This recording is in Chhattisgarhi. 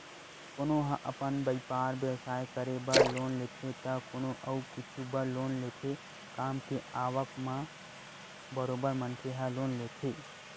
कोनो ह अपन बइपार बेवसाय करे बर लोन लेथे त कोनो अउ कुछु बर लोन लेथे काम के आवक म बरोबर मनखे ह लोन लेथे